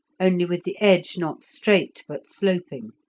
only with the edge not straight but sloping,